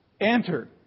Enter